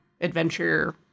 adventure